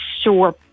sure